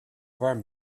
warm